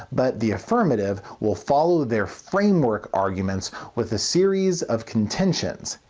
but the affirmative will follow their framework arguments with a series of contentions,